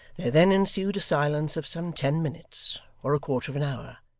then ensued a silence of some ten minutes or a quarter of an hour,